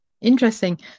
interesting